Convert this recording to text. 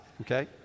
Okay